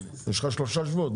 יש לך שלושה שבועות.